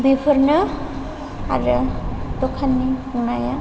बेफोरनो आरो दखाननि बुंनाया